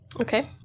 Okay